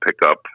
pickup